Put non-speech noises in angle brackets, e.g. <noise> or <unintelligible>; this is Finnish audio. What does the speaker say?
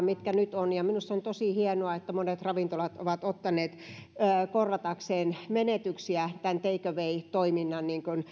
<unintelligible> mitkä nyt ovat säilyvät ennallaan minusta on tosi hienoa että monet ravintolat ovat ottaneet menetyksiä korvatakseen take away toiminnan